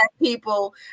people